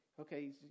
Okay